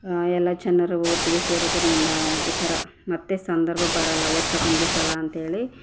ಎಲ್ಲ ಜನರು ಒಟ್ಟಿಗೆ ಸೇರೋದರ್ನಿಂದ ಈ ಥರ ಮತ್ತೆ ಸಂದರ್ಭ ಬರಲ್ಲ ವರ್ಷಕ್ಕೊಂದೇ ಸಲ ಅಂಥೇಳಿ